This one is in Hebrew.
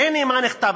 והנה מה שנכתב.